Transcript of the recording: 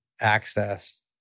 access